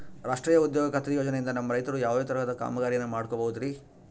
ರಾಷ್ಟ್ರೇಯ ಉದ್ಯೋಗ ಖಾತ್ರಿ ಯೋಜನೆಯಿಂದ ನಮ್ಮ ರೈತರು ಯಾವುದೇ ತರಹದ ಕಾಮಗಾರಿಯನ್ನು ಮಾಡ್ಕೋಬಹುದ್ರಿ?